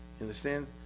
understand